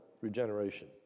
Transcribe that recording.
Regeneration